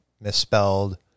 misspelled